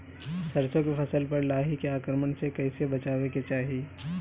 सरसो के फसल पर लाही के आक्रमण से कईसे बचावे के चाही?